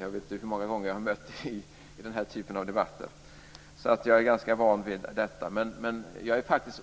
Jag vet inte hur många gånger jag har mött det i den här typen av debatter, så jag är ganska van vid detta. Men jag är faktiskt